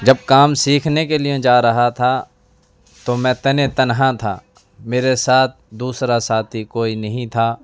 جب کام سیکھنے کے لیے جا رہا تھا تو میں تن تنہا تھا میرے ساتھ دوسرا ساتھی کوئی نہیں تھا